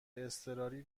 اضطراری